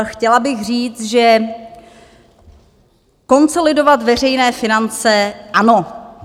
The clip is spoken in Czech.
Chtěla bych říct, že konsolidovat veřejné finance, ano.